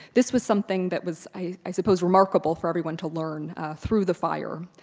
this was something that was i suppose remarkable for everyone to learn through the fire.